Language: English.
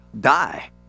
die